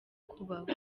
kubaho